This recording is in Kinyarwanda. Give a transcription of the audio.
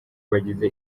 bagize